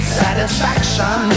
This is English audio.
satisfaction